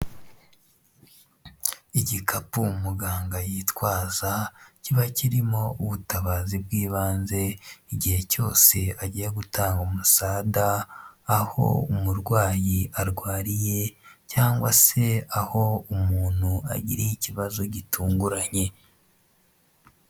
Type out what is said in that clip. Igikapu muganga yitwaza kiba kirimo ubutabazi bw'ibanze igihe cyose agiye gutanga umusada aho umurwayi arwariye cyangwa se aho umuntu agiriye ikibazo gitunguranye.